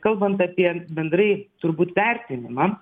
kalbant apie bendrai turbūt vertinimą